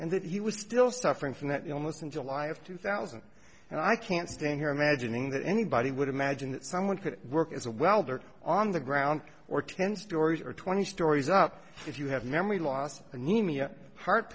and that he was still suffering from that illness in july of two thousand and i can't stand here imagining that anybody would imagine that someone could work as a welder on the ground or ten stories or twenty stories up if you have memory loss anemia heart